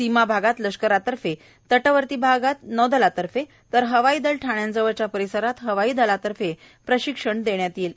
सीमाभागात लष्करातर्फे तटवर्ती भागात नौदलातर्फे तर हवाईदल ठाण्यांजवळच्या परिसरात हवाईदलातर्फे प्रशिक्षण देण्यात येईल